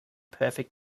perfect